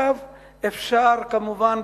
אפשר כמובן,